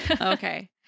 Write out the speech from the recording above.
Okay